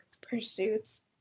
pursuits